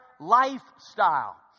lifestyle